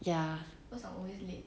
ya